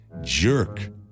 jerk